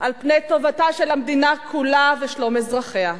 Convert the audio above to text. על פני טובתה של המדינה כולה ושלום אזרחיה,